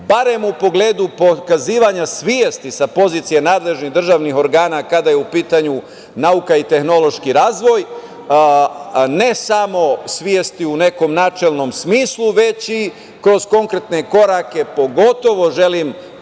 barem u pogledu pokazivanja svesti sa pozicije nadležnih državnih organa, kada je u pitanju nauka i tehnološki razvoj, ne samo svesti u nekom načelnom smislu, već i kroz konkretne korake. Pogotovo želim, po